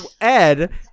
Ed